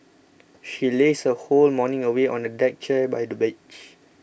she lazed her whole morning away on a deck chair by the beach